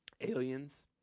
aliens